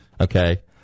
okay